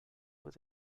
with